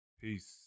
peace